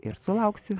ir sulauksi